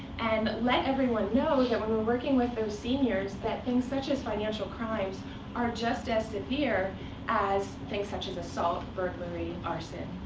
and let everyone know that when we're working with those seniors, that things such as financial crimes are just as severe as things such as assault, burglary, arson,